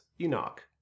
Enoch